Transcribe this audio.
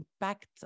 impact